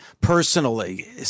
personally